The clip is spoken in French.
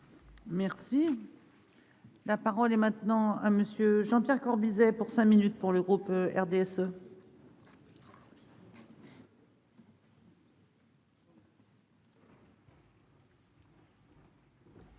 Merci. La parole est maintenant à monsieur Jean-Pierre Corbisez pour cinq minutes pour le groupe RDSE.